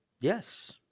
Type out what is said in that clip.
Yes